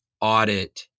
audit